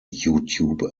youtube